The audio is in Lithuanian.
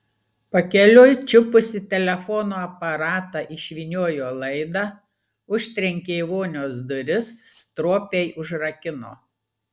pakeliui čiupusi telefono aparatą išvyniojo laidą užtrenkė vonios duris stropiai užrakino